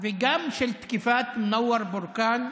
וגם של תקיפת מנאוור בורקאן,